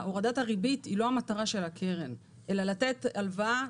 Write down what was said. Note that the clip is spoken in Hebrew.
הורדת הריבית היא לא המטרה של הקרן אלא לתת הלוואה